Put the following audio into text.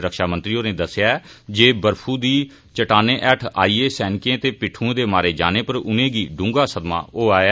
रक्षामंत्री होरें आक्खेआ ऐ जे बर्फू दी चट्टानें हेठ आईयै सैनिकें ते पिट्दुएं दे मारे जाने पर उनेंगी डूंहगा सदमा होआ ऐ